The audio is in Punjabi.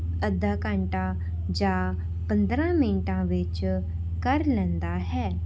ਅੱਧਾ ਘੰਟਾ ਜਾਂ ਪੰਦਰਾਂ ਮਿੰਟਾਂ ਵਿੱਚ ਕਰ ਲੈਂਦਾ ਹੈ